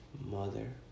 Mother